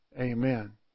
amen